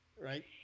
right